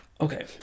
Okay